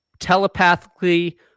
Telepathically